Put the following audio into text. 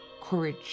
Courage